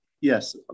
Yes